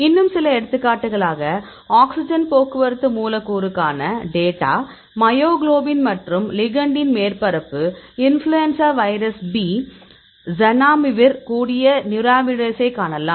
இன்னும் சில எடுத்துக்காட்டுகளாக ஆக்ஸிஜன் போக்குவரத்து மூலக்கூறுக்கான டேட்டா மையோக்ளோபின் மற்றும் லிகெண்டின் மேற்பரப்பு இன்ஃப்ளூயன்ஸா வைரஸ் B ஜனாமிவிருடன் கூடிய நியூராமினிடேசை காணலாம்